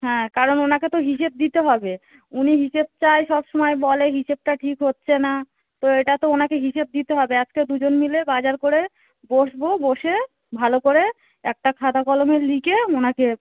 হ্যাঁ কারণ ওনাকে তো হিসেব দিতে হবে উনি হিসেব চায় সবসময় বলে হিসেবটা ঠিক হচ্ছে না তো এটা তো ওনাকে হিসেব দিতে হবে আজকে দুজন মিলে বাজার করে বসব বসে ভালো করে একটা খাতা কলমে লিখে ওনাকে